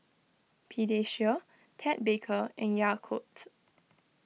Pediasure Ted Baker and Yakult